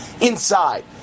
inside